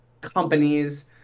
companies